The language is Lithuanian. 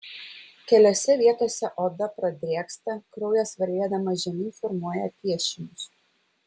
keliose vietose oda pradrėksta kraujas varvėdamas žemyn formuoja piešinius